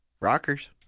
Rockers